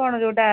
କ'ଣ ଯେଉଁଟା